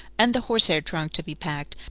and the horsehair trunk to be packed.